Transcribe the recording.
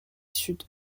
sud